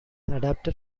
adapted